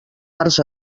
arts